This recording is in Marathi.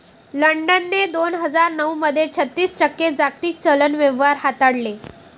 लंडनने दोन हजार नऊ मध्ये छत्तीस टक्के जागतिक चलन व्यवहार हाताळले